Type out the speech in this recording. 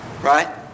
Right